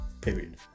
period